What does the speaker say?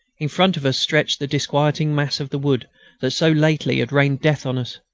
in front of us stretched the disquieting mass of the wood that so lately had rained death on us.